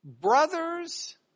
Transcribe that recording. Brothers